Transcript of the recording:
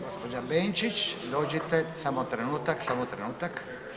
Gđa. Benčić dođite, samo trenutak, samo trenutak.